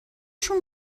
شون